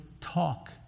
talk